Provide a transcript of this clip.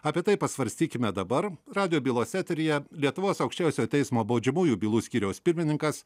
apie tai pasvarstykime dabar radijo bylose eteryje lietuvos aukščiausiojo teismo baudžiamųjų bylų skyriaus pirmininkas